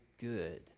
good